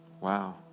Wow